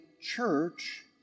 church